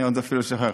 אני עוד אפילו לא שוכח.